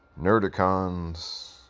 Nerdicons